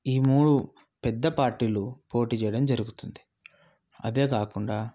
ఈ మూడు పెద్ద పార్టీలు పోటీ చేయడం జరుగుతుంది అదేకాకుండా